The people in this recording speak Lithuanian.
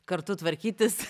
kartu tvarkytis